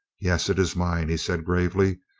yes, it is mine, he said gravely,